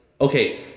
Okay